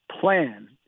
plan